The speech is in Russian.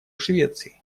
швеции